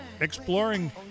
exploring